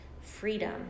freedom